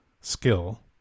skill